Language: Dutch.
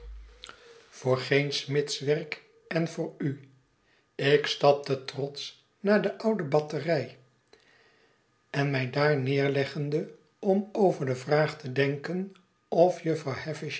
voor geen smidswerk en voor u ik stapte trotsch naar de oude battery en mij daar neerleggende om over de vraag te denken of jufvrouw